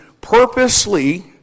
purposely